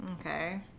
Okay